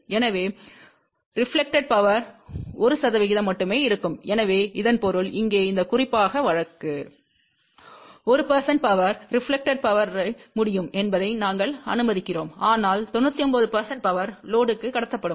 எனவே reflected power 1 மட்டுமே இருக்கும் எனவே இதன் பொருள் இங்கே இந்த குறிப்பாக வழக்கு 1 பவர் ரெபிளேக்டெட் முடியும் என்பதை நாங்கள் அனுமதிக்கிறோம் ஆனால் 99 பவர் லோடுக்கு கடத்தப்படும்